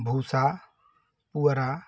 भूसा पुअरा